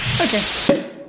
Okay